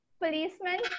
policeman